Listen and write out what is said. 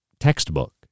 textbook